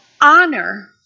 honor